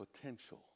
potential